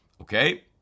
Okay